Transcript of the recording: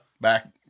back